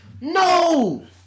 No